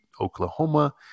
Oklahoma